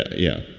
yeah,